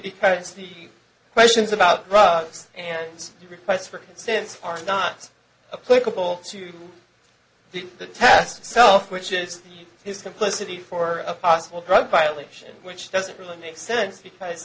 because the questions about drugs and the requests for instance are not political to the test itself which is his complicity for a possible drug violation which doesn't really make sense because